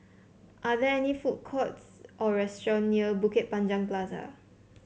are there any food courts or restaurant near Bukit Panjang Plaza